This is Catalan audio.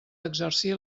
exercir